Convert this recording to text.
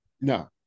No